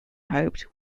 hoped